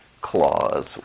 clause